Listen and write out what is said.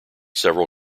several